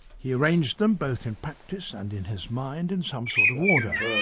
he arranged them, both in practice and in his mind, in some sort of order.